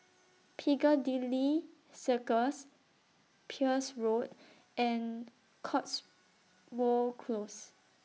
Piccadilly Circus Peirce Road and Cotswold Close